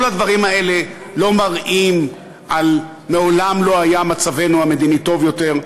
כל הדברים האלה לא מראים על "מעולם לא היה מצבנו המדיני טוב יותר",